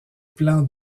plan